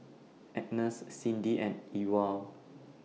Ines Cindi and Ewald